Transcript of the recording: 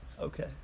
Okay